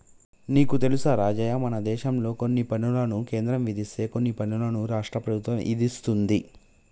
నీకు తెలుసా రాజయ్య మనదేశంలో కొన్ని పనులను కేంద్రం విధిస్తే కొన్ని పనులను రాష్ట్ర ప్రభుత్వం ఇదిస్తుంది